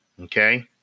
okay